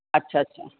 अच्छा अच्छा